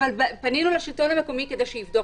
אבל פנינו לשלטון המקומי כדי שיבדוק.